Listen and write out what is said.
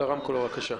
בבקשה.